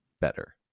better